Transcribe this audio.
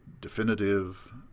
definitive